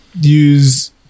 Use